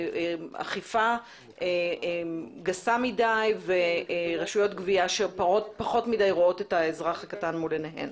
באכיפה גסה מדי ורשויות גבייה שפחות מדי רואות את האזרח הקטן מול עיניהן.